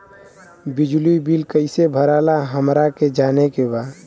बिजली बिल कईसे भराला हमरा के जाने के बा?